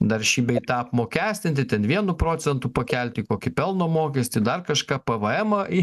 dar šį bei tą apmokestinti ten vienu procentu pakelti kokį pelno mokestį dar kažką pėvėemą į